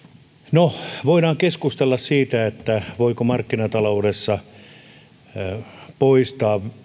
no voidaan keskustella siitä voiko markkinataloudessa poistaa